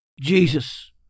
Jesus